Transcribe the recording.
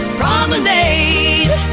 promenade